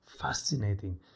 Fascinating